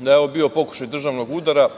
da je ovo bio pokušaj državnog udara